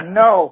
no